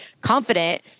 confident